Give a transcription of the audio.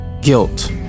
guilt